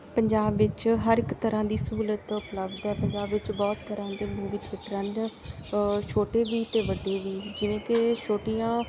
ਪੰਜਾਬ ਵਿੱਚ ਹਰ ਇੱਕ ਤਰ੍ਹਾਂ ਦੀ ਸਹੂਲਤ ਤਾਂ ਉਪਲਬਧ ਹੈ ਪੰਜਾਬ ਵਿੱਚ ਬਹੁਤ ਤਰ੍ਹਾਂ ਦੇ ਮੂਵੀ ਥੀਏਟਰ ਹਨ ਛੋਟੇ ਵੀ ਅਤੇ ਵੱਡੇ ਵੀ ਜਿਵੇਂ ਕਿ ਛੋਟਿਆਂ